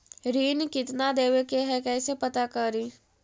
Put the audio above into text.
ऋण कितना देवे के है कैसे पता करी?